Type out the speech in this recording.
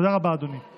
תודה רבה, אדוני.